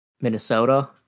minnesota